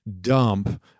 dump